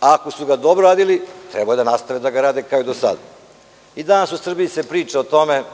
Ako su ga dobro radili, treba da nastave da ga rade kao i do sad. Danas se u Srbiji priča o tome,